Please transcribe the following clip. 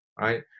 right